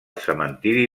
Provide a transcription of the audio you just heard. cementiri